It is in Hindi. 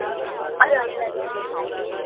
अलग अलग है